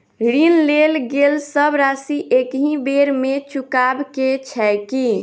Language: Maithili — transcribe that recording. ऋण लेल गेल सब राशि एकहि बेर मे चुकाबऽ केँ छै की?